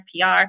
PR